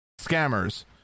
scammers